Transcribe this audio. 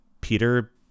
Peter